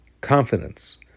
confidence